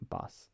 bus